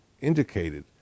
indicated